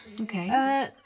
Okay